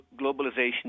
globalization